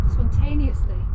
Spontaneously